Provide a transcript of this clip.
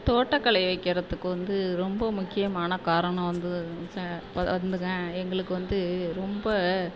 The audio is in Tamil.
தோட்டக்கலை வைக்கிறதுக்கு வந்து ரொம்ப முக்கியமான காரணம் வந்து சே வ வந்துங்க எங்களுக்கு வந்து ரொம்ப